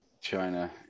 China